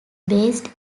based